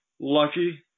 lucky